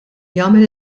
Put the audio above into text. jagħmel